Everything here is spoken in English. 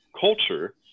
culture